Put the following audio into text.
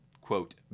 quote